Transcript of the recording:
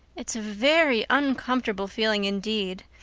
it's a very uncomfortable feeling indeed.